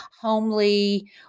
homely